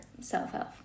self-help